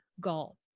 goal